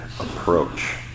approach